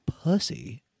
pussy